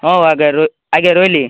ହଉ ଆଜ୍ଞା ର ଆଜ୍ଞା ରହିଲି